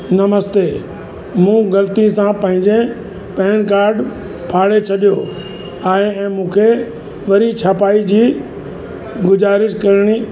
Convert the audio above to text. नमस्ते मूं ग़लती सां पंहिंजे पैन कार्ड फाड़े छॾियो हाणे ऐं मूंखे वरी छपाई जी गुज़ारिश करिणी